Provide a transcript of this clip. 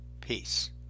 Peace